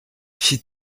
she